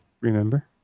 Remember